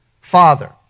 Father